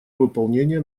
выполнения